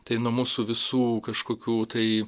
tai nuo mūsų visų kažkokių tai